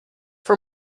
for